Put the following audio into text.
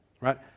right